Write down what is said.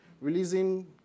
releasing